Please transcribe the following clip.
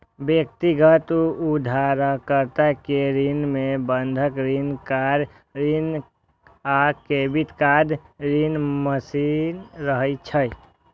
व्यक्तिगत उधारकर्ता के ऋण मे बंधक ऋण, कार ऋण आ क्रेडिट कार्ड ऋण शामिल रहै छै